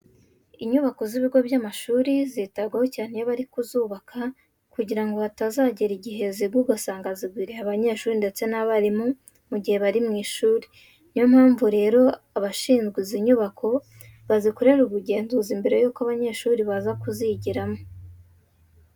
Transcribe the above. Inyubako z'ibigo by'amashuri zitabwaho cyane iyo bari kuzubaka, kugira ngo hatazagera igihe zigwa ugasanga zigwiriye abanyeshuri ndetse n'abarimu mu gihe bari mu ishuri. Ni yo mpamvu rero abashinzwe izi nyubako bazikorera ubugenzuzi mbere yuko abanyeshuri baza kuzigiramo.